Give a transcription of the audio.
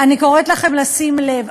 אני קוראת לכם לשים לב.